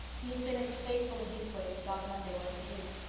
he has been as faithful in his way as dog monday was in his.